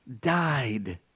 died